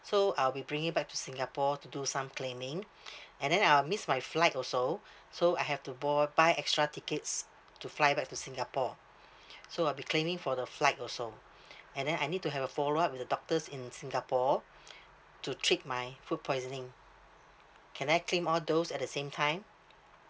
so I'll be bringing back to singapore to do some claiming and then I'll missed my flight also so I have to boy buy extra tickets to fly back to singapore so I'll be claiming for the flight also and then I need to have a follow up with the doctors in singapore to treat my food poisoning can I claim all those at the same time